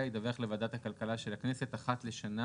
ידווח לוועדת הכלכלה של הכנסת אחת לשנה,